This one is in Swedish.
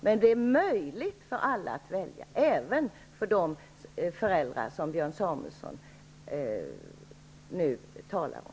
Men det är möjligt för alla att välja, även för de föräldrar som Björn Samuelson nu talar om.